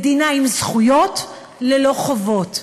מדינה עם זכויות ללא חובות,